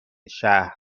شهر